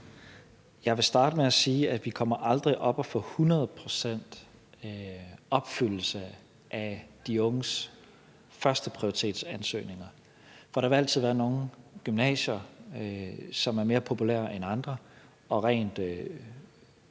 Jeg vil starte med at sige, at vi aldrig kommer op at få 100 pct. opfyldelse af de unges førsteprioritetsansøgninger, for der vil altid være nogle gymnasier, som er mere populære end andre, og både